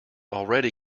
already